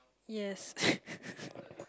yes